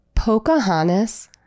pocahontas